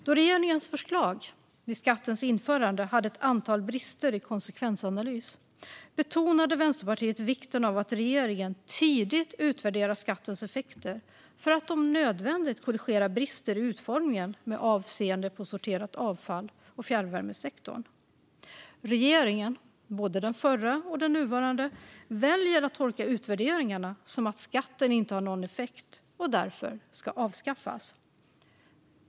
Då regeringens förslag vid skattens införande hade ett antal brister i fråga om konsekvensanalys betonade Vänsterpartiet vikten av att regeringen tidigt utvärderar skattens effekter för att om nödvändigt korrigera brister i utformningen med avseende på sorterat avfall och fjärrvärmesektorn. Regeringen, både den förra och den nuvarande, väljer att tolka utvärderingarna som att skatten inte har någon effekt och därför ska avskaffas.